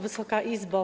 Wysoka Izbo!